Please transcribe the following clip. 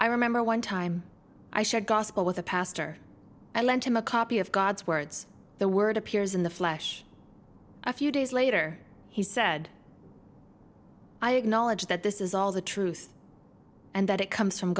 i remember one time i showed gospel with a pastor i lent him a copy of god's words the word appears in the flesh a few days later he said i acknowledge that this is all the truth and that it comes from